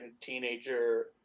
teenager